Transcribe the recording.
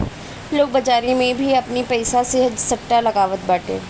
लोग बाजारी में भी आपनी पईसा से सट्टा लगावत बाटे